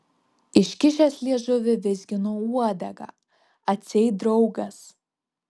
iškišęs liežuvį vizgino uodegą atseit draugas